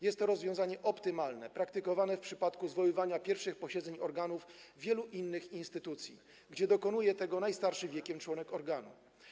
Jest to rozwiązanie optymalne, praktykowane w przypadku zwoływania pierwszych posiedzeń organów wielu innych instytucji, kiedy dokonuje tego najstarszy wiekiem członek organu.